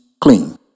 clean